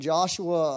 Joshua